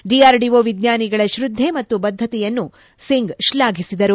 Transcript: DRDO ವಿಜ್ಞಾನಿಗಳ ಶ್ರದ್ದೆ ಮತ್ತು ಬದ್ದತೆಯನ್ನು ಸಿಂಗ್ ಶ್ಲಾಘಿಸಿದರು